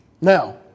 Now